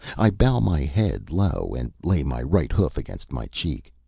i bow my head low, and lay my right hoof against my cheek.